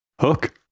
Hook